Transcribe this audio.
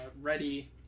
ready